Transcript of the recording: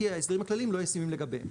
כי ההסדרים הכלליים לא ישימים לגביהם.